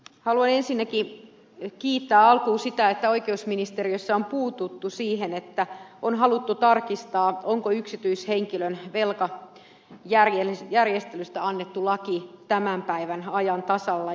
haluan ensinnäkin kiittää alkuun siitä että oikeusministeriössä on puututtu siihen että on haluttu tarkistaa onko yksityishenkilön velkajärjestelystä annettu laki tänä päivänä ajan tasalla